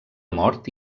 mort